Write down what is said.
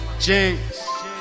Jinx